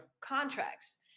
contracts